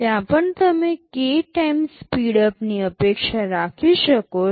ત્યાં પણ તમે k ટાઇમ સ્પીડઅપની અપેક્ષા રાખી શકો છો